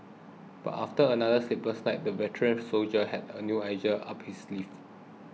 but after another sleepless night the veteran soldier had a new idea up his sleeve